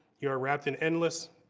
you are wrapped in endless,